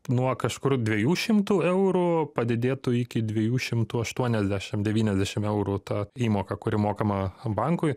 nuo kažkur dviejų šimtų eurų padidėtų iki dviejų šimtų aštuoniasdešim devyniasdešim eurų ta įmoka kuri mokama bankui